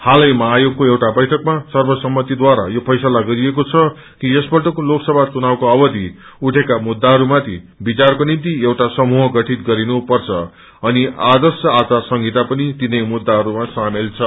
हालैमा आयोगको एउटा बैठकमा सर्वसम्मतिद्वारा यो फैसला गरिएको छ कि यसपल्टाके लोकसभा चुनावको अवधि उठेका मुद्दाहरूमाथि विचारको निम्ति एउटा समूह गठित गरिनुपर्छ अनि आर्दश आचार संहिता पनि तिनै मुद्दाहरूमा सामेल छ